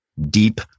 deep